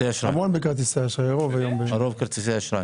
הרוב היום בכרטיסי אשראי.